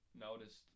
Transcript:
noticed